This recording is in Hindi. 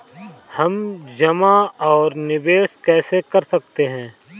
हम जमा और निवेश कैसे कर सकते हैं?